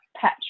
patch